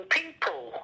people